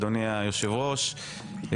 אדוני היושב-ראש,